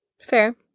fair